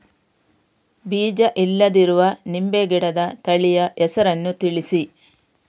ಬೀಜ ಇಲ್ಲದಿರುವ ನಿಂಬೆ ಗಿಡದ ತಳಿಯ ಹೆಸರನ್ನು ತಿಳಿಸಿ?